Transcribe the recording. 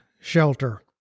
shelter